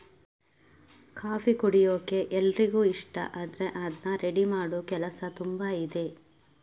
coffee ಕುಡಿಯೋಕೆ ಎಲ್ರಿಗೂ ಇಷ್ಟ ಆದ್ರೆ ಅದ್ನ ರೆಡಿ ಮಾಡೋ ಕೆಲಸ ತುಂಬಾ ಇದೆ